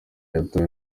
yatowe